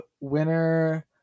winner